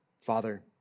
Father